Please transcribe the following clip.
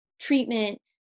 treatment